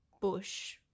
Bush